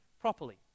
properly